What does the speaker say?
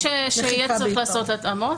אנחנו מבינים שיהיה צריך לעשות התאמות,